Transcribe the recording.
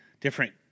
different